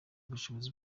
ubushobozi